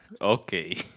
Okay